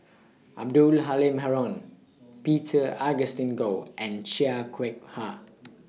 Abdul Halim Haron Peter Augustine Goh and Chia Kwek Ha